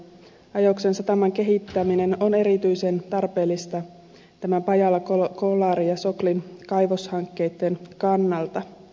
ajoksen sataman kehittäminen on erityisen tarpeellista tämän pajalankolarin ja soklin kaivoshankkeitten kannalta